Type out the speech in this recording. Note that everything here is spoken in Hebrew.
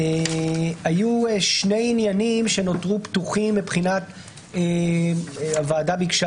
היו שני עניינים שנותרו פתוחים - הוועדה ביקשה